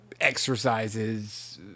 exercises